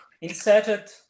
inserted